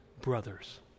brothers